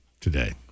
today